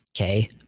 okay